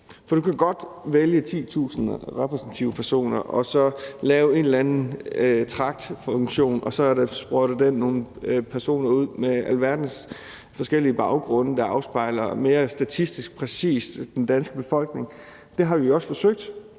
Du kan godt vælge 10.000 repræsentative personer ved at lave en eller anden tragtfunktion, som så sprøjter nogle personer ud med alverdens forskellige baggrunde, der mere statistisk præcist afspejler den danske befolkning, og det har vi også forsøgt